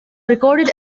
recorded